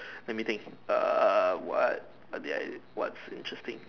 let me think err what what did I whats interesting